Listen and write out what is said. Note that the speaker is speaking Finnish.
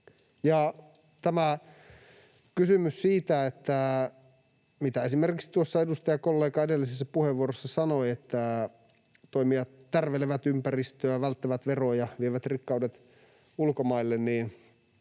tämä kysymys siitä — mitä esimerkiksi tuossa edustajakollega edellisessä puheenvuorossa sanoi — että toimijat tärvelevät ympäristöä, välttävät veroja, vievät rikkaudet ulkomaille, niin